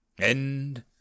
End